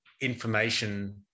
information